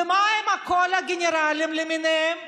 ומה עם כל הגנרלים למיניהם,